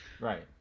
Right